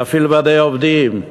להפעיל ועדי עובדים,